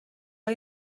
های